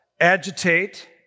agitate